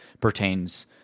pertains